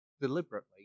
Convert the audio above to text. deliberately